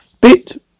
Bit